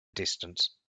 distance